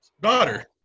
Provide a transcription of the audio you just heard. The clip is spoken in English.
daughter